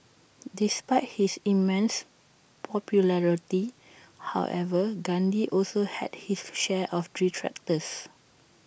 despite his immense popularity however Gandhi also had his share of detractors